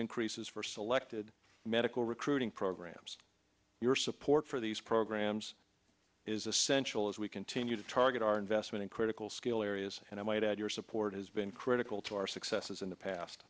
increases for selected medical recruiting programs your support for these programs is essential as we continue to target our investment in critical skill areas and i might add your support has been critical to our success as in the past